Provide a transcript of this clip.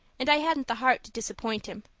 and i hadn't the heart to disappoint him.